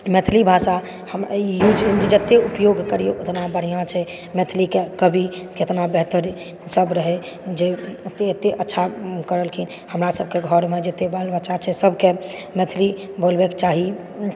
मैथिली भाषा जते उपयोग करिऔ ओतना बढ़िऑं छै मैथिलीके कवि केतना बेहतर सब रहै जे एते अच्छा करलखिन हमरा सभकेँ घरमे जते बाल बच्चा छै सबकेँ मैथिली बोलबेके चाही